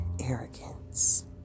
arrogance